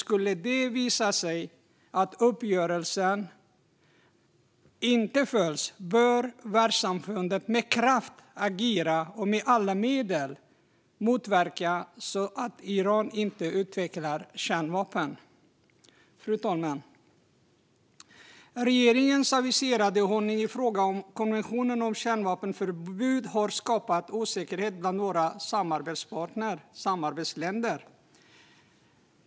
Skulle det visa sig att uppgörelsen inte följs bör världssamfundet agera med kraft och med alla medel motverka att Iran utvecklar kärnvapen. Fru talman! Regeringens aviserade hållning i frågan om konventionen om kärnvapenförbud har skapat osäkerhet bland våra samarbetsländer.